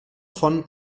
von